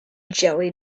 jelly